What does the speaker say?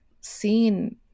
seen